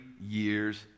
years